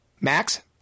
Max